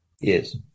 Yes